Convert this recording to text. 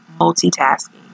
multitasking